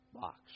box